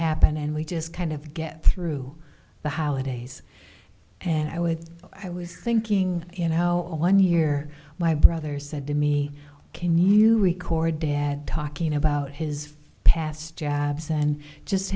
happened and we just kind of get through the holidays and i would i was thinking you know one year my brother said to me can you record dad talking about his past jobs and just